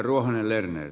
arvoisa puhemies